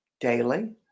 daily